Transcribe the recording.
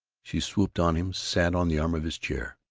she swooped on him, sat on the arm of his chair.